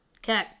Okay